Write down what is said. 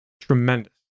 tremendous